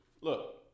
Look